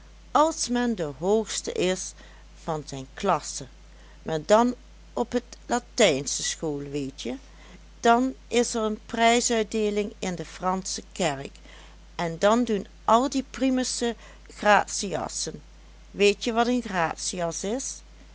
als men de hoogste is van zijn klasse maar dan op t latijnsche school weetje dan is er prijsuitdeeling in de fransche kerk en dan doen al de primussen gratiassen weetje wat een gratias is